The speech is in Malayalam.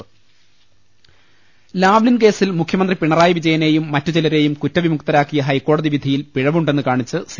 രുട്ട്ട്ട്ട്ട്ട്ട്ട ലാവ്ലിൻ കേസിൽ മുഖ്യമന്ത്രി പിണറായി വിജയനെയും മറ്റുചിലരെയും കുറ്റവിമുക്തരാക്കിയ ഹൈക്കോടതി വിധിയിൽ പിഴവുണ്ടെന്ന് കാണിച്ച് സി